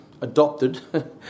adopted